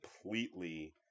completely